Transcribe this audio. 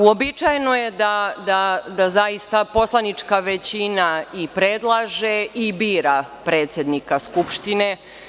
Uobičajeno je da, zaista, poslanička većina i predlaže i bira predsednika Skupštine.